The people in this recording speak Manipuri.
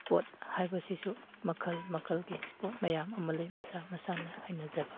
ꯏꯁꯄꯣꯔꯠ ꯍꯥꯏꯕꯁꯤꯁꯨ ꯃꯈꯜ ꯃꯈꯜꯒꯤ ꯏꯁꯄꯣꯔꯠ ꯃꯌꯥꯝ ꯑꯃ ꯂꯩ ꯃꯁꯥ ꯃꯁꯥꯅ ꯍꯩꯅꯖꯕ